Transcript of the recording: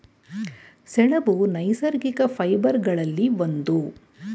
ಸೆಣಬು ನೈಸರ್ಗಿಕ ಫೈಬರ್ ಗಳಲ್ಲಿ ಒಂದು